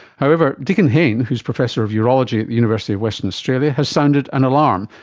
however, dicken hayne, who is professor of urology at the university of western australia, has sounded an alarm,